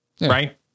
Right